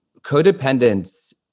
codependence